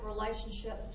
relationship